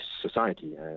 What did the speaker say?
society